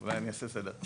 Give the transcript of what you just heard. אולי אני אעשה סדר.